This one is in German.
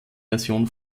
version